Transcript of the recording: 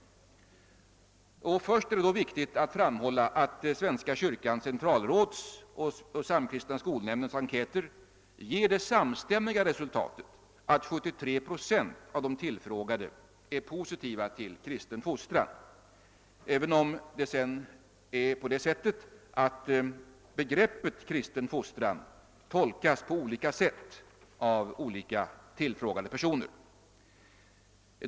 Först är det viktigt att framhålla att svenska kyrkans centralråds och Samkristna skolnämndens enkäter ger det samstämmiga resultatet att 73 procent av de tillfrågade är positiva till kristen fostran, även om sedan begreppet kristen fostran tolkas på olika sätt av olika tillfrågade personer.